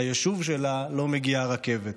ליישוב שלה לא מגיעה רכבת.